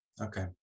Okay